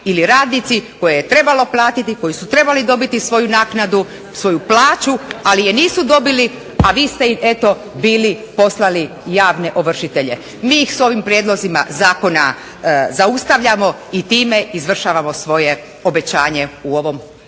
ili radnici koje je trebalo platiti, koji su trebali dobiti svoju naknadu, svoju plaću, ali je nisu dobili, a vi ste im eto bili poslali javne ovršitelje. Mi ih s ovim prijedlozima zakona zaustavljamo i time izvršavamo svoje obećanje u ovom